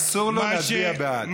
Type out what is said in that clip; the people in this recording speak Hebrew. אסור לו להצביע בעד.